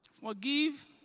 Forgive